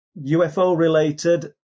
UFO-related